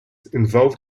involved